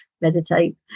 meditate